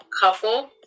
couple